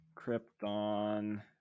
Krypton